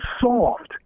soft